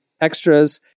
extras